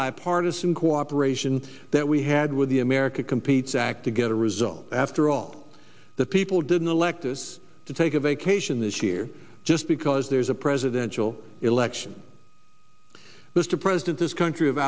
bipartisan cooperation that we had with the america competes act to get a result after all the people didn't elect us to take a vacation this year just because there's a presidential election mr president this country of